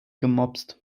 gemopst